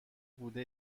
بوده